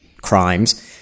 crimes